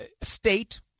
State